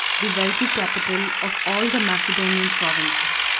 the wealthy capital of all the macedonian provinces.